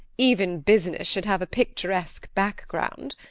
even business should have a picturesque background.